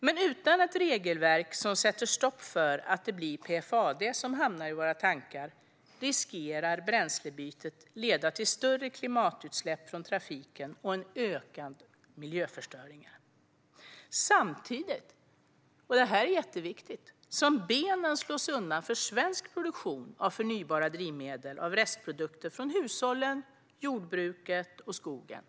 Men utan ett regelverk som sätter stopp för att det blir PFAD som hamnar i våra bränsletankar riskerar bränslebytet att leda till större klimatutsläpp från trafiken och en ökande miljöförstöring, samtidigt - och det här är jätteviktigt - som benen slås undan för svensk produktion av förnybara drivmedel av restprodukter från hushållen, jordbruket och skogen.